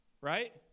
Right